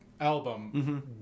album